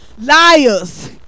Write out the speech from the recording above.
Liars